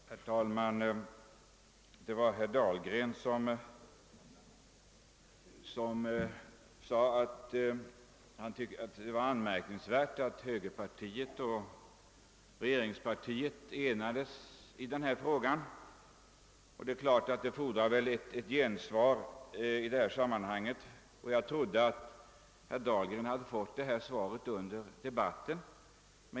Herr talman! Det var herr Dahlgren som sade, att det var anmärkningsvärt, att högerpartiet och regeringspartiet enades i denna fråga, detta fordrar ett gensvar. Jag trodde att herr Dahlgren hade fått ett sådant svar under debatten.